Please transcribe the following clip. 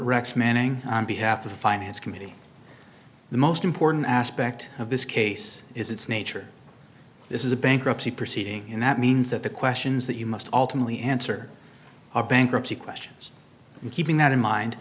rex manning on behalf of the finance committee the most important aspect of this case is its nature this is a bankruptcy proceeding and that means that the questions that you must ultimately answer are bankruptcy questions and keeping that in mind